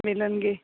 ਮਿਲਣਗੇ